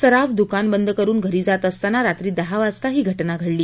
सराफ दुकान बंद करून घरी जात असताना रात्री दहा वाजता ही घटना घडले